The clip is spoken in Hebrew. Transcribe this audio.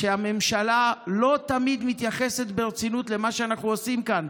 שהממשלה לא תמיד מתייחסת ברצינות למה שאנחנו עושים כאן?